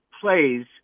plays